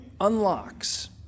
unlocks